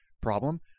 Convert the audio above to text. problem